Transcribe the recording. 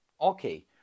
Okay